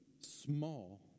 small